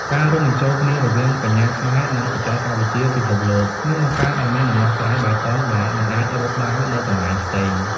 ការរួមបញ្ចូលគ្នារវាង "បញ្ញាខ្មែរ" និង "បច្ចេកវិទ្យាពិភពលោក" នឹងបង្កើតឱ្យមានដំណោះស្រាយបៃតងដែលមិនអាចរកបាននៅកន្លែងផ្សេង។